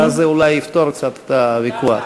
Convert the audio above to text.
ואז זה אולי יפתור קצת את הוויכוח.